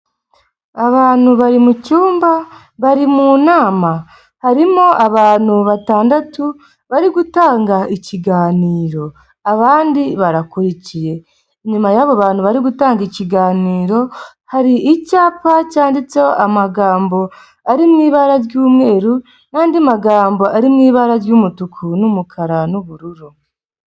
Abantu bari mu cyumba, bari mu nama, harimo abantu batandatu bari gutanga ikiganiro, abandi barakurikiye, inyuma y'abo bantu bari gutanga ikiganiro, hari icyapa cyanditseho amagambo ari mu ibara ry'umweru n'andi magambo ari mu ibara ry'umutuku n'umukara n'ubururu.